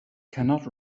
cannot